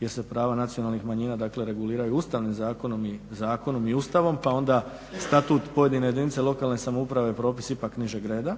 jer se prava nacionalnih manjina dakle, reguliraju Ustavnim zakonom, i Zakonom i Ustavom, pa onda Statut pojedine jedinice lokalne samouprave je propis ipak nižeg reda.